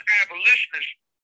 abolitionists